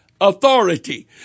authority